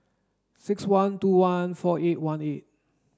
six one two one four eight one eight